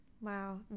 Wow